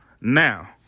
Now